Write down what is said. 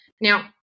now